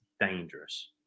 dangerous